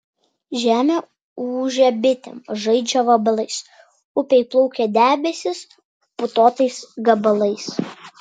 žemė ūžia bitėm žaidžia vabalais upėj plaukia debesys putotais gabalais